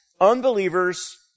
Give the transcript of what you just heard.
unbelievers